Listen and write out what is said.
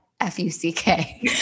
F-U-C-K